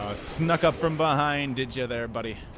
snuck up from behind each other body